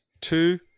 two